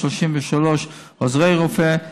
33 עוזרי רופא,